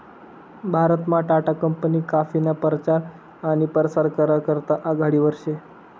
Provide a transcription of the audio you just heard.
भारतमा टाटा कंपनी काफीना परचार आनी परसार करा करता आघाडीवर शे